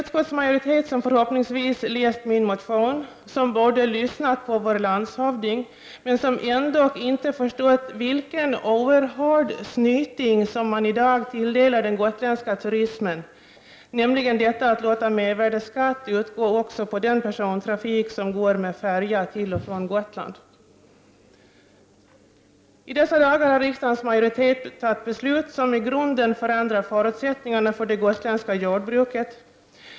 Utskottsmajoriteten har förhoppningsvis läst min motion, och man borde ha lyssnat på vår landshövding. Ändå har man inte förstått vilken oerhörd snyting som man i dag utdelar till den gotländska turismen, nämligen detta att låta mervärdeskatt utgå också på den persontrafik som går med färja till och från Gotland. I dessa dagar har riksdagens majoritet fattat beslut som i grunden förändrar förutsättningarna för det gotländska jordbruket.